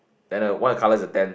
then the one of the colour is a ten